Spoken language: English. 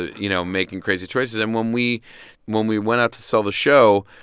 you know, making crazy choices. and when we when we went out to sell the show,